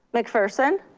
mcpherson.